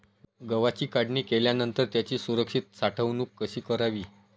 गव्हाची काढणी केल्यानंतर त्याची सुरक्षित साठवणूक कशी करावी?